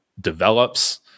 develops